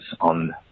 on